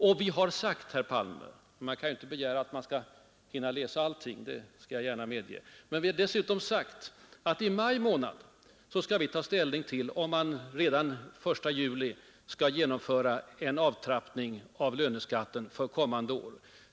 Vidare har vi sagt, herr Palme — men jag medger gärna att man inte kan begära att Ni skall hinna läsa allting — att vi i maj månad skall ta ställning till om det redan den 1 juli är lämpligt att genomföra en avtrappning av löneskatten för kommande år.